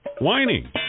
Whining